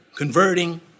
Converting